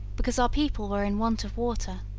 because our people were in want of water.